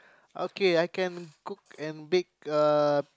okay I can cook and bake uh